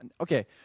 okay